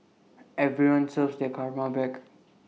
everyone serves their karma back